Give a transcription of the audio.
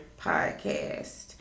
podcast